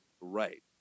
right